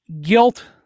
guilt